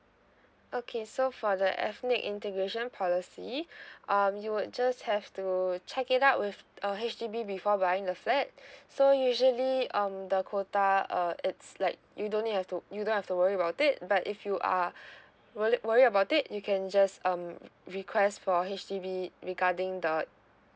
okay so for the ethnic integration policy um you would just have to check it out with uh H_D_B before buying the flat so usually um dakota uh it's like you don't need to you don't have to worry about it but if you are wor~ worried about it you can just um request for H_D_B regarding the